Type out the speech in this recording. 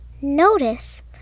notice